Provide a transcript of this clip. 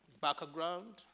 background